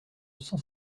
cent